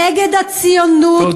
נגד הציונות, תודה.